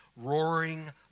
Roaring